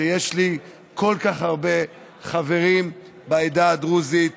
שיש לי כל כך הרבה חברים בעדה הדרוזית,